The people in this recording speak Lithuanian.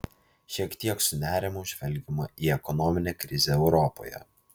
šiek tiek su nerimu žvelgiama į ekonominę krizę europoje